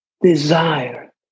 desire